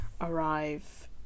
arrive